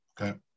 Okay